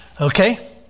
Okay